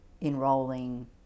enrolling